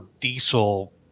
diesel